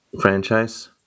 franchise